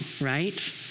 right